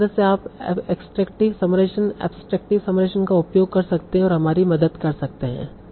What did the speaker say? तो इस तरह से आप एक्सट्रेकटिव समराइजेशन एब्सट्रेकटिव समराइजेशन का उपयोग कर सकते हैं और हमारी मदद कर सकते है